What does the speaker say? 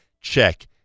Check